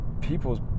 people's